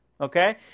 okay